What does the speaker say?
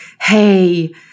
hey